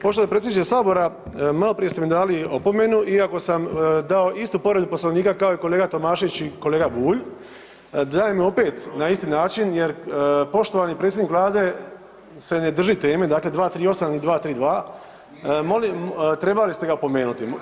Poštovani predsjedniče sabora malo prije ste mi dali opomenu iako sam dao istu povredu Poslovnika kao i kolega Tomašević i Bulj, dajem ju opet na isti način jer poštovani predsjednik Vlade se ne drži teme, dakle 238. i 232., molim trebali ste ga opomenuti.